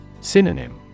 Synonym